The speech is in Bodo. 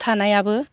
थानायाबो